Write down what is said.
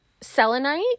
Selenite